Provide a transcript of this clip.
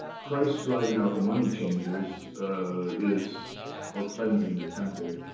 christ driving out the money changers is or cleansing the temple,